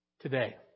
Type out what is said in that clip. today